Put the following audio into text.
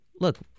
Look